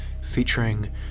featuring